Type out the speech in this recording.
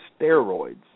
steroids